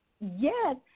Yes